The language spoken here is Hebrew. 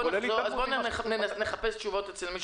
כולנו נפתח את החנויות.